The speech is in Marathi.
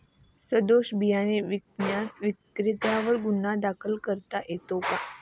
सदोष बियाणे विकल्यास विक्रेत्यांवर गुन्हा दाखल करता येतो का?